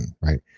right